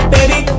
Baby